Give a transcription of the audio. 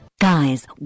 Guys